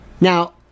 Now